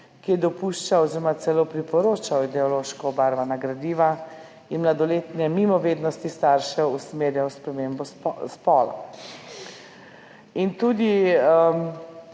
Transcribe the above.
ki je dopuščalo oziroma celo priporočalo ideološko obarvana gradiva in mladoletne mimo vednosti staršev usmerjalo v spremembo spola. So tudi